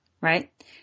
right